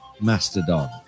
Mastodon